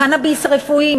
הקנאביס הרפואי,